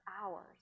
hours